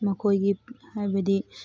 ꯃꯈꯣꯏꯒꯤ ꯍꯥꯏꯕꯗꯤ